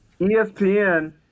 ESPN